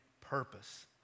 purpose